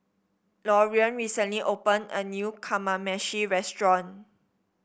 Lorean recently opened a new Kamameshi Restaurant